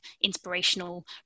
inspirational